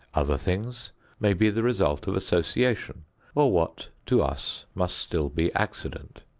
other things may be the result of association or what to us must still be accident.